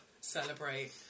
celebrate